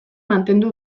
mantendu